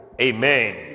Amen